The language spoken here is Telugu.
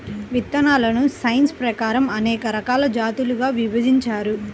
విత్తనాలను సైన్స్ ప్రకారం అనేక రకాల జాతులుగా విభజించారు